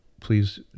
please